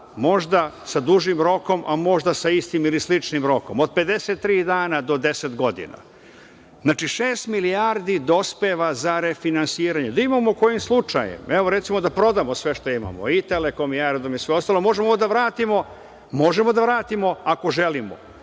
možda sa dužim rokom, a možda sa istim ili sličnim rokom, od 53 dana do deset godina. Znači, šest milijardi dospeva za refinansiranje. Da imamo kojim slučajem, evo, recimo, da prodamo sve što imamo i Telekom i Aerodrom, možemo da vratimo ako želimo,